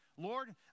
Lord